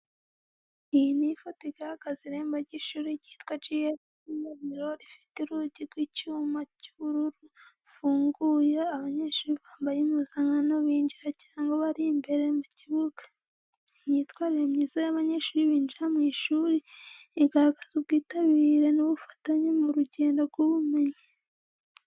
Iyi ni ifoto igaragaza irembo ry’ishuri ryitwa GS CYUBAHIRO, rifite urugi rw’icyuma cy’ubururu rufunguye, abanyeshuri bambaye impuzankano binjira cyangwa bari imbere mu kibuga. Imyitwarire myiza y’abanyeshuri binjira mu ishuri, igaragaza ubwitabire n’ubufatanye mu rugendo rw’ubumenyi.